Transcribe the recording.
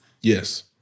Yes